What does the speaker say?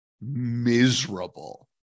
miserable